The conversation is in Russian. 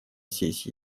сессии